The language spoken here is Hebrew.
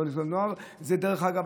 דרך אגב,